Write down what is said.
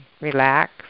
relax